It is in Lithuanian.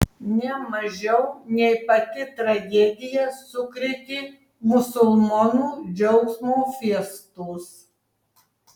ne mažiau nei pati tragedija sukrėtė musulmonų džiaugsmo fiestos